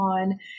on